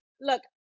look